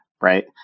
right